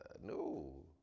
No